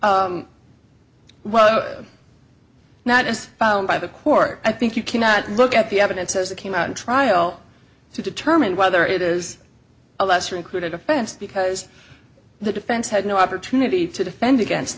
a well not as found by the court i think you cannot look at the evidence says it came out in trial to determine whether it is a lesser included offense because the defense had no opportunity to defend against